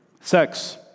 sex